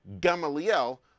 Gamaliel